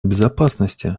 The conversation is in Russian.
безопасности